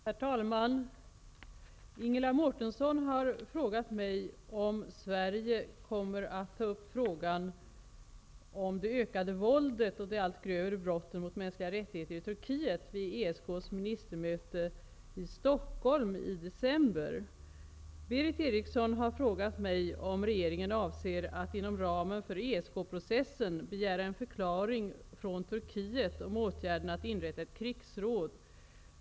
Herr talman! Ingela Mårtensson har frågat mig om Sverige kommer att ta upp frågan om det ökade våldet och de allt grövre brotten mot mänskliga rättigheter i Turkiet vid ESK:s ministermöte i Stockholm i december. Berith Eriksson har frågat mig om regeringen avser att inom ramen för ESK processen begära en förklaring från Turkiet om åtgärden att inrätta ett krigsråd.